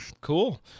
cool